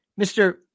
Mr